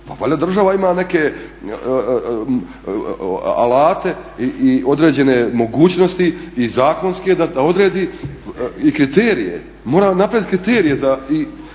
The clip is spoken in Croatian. pa valjda država ima neke alate i određene mogućnosti i zakonske da odredi i kriterije, mora napraviti kriterije i